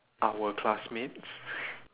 our classmates